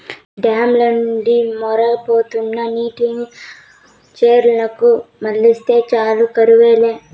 dam ల నుండి మొరవబోతున్న నీటిని చెర్లకు మల్లిస్తే చాలు కరువు లే